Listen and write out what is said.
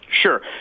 Sure